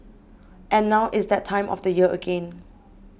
and now it's that time of the year again